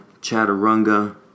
chaturanga